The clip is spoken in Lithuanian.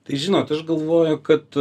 tai žinot aš galvoju kad